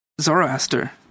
Zoroaster